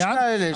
יש כאלה.